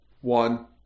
one